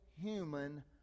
human